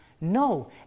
No